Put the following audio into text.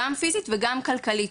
גם פיזית וגם כלכלית,